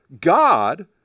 God